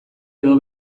edo